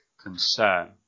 concern